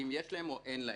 אם יש להם או אין להם.